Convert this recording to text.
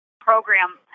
program